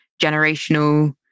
generational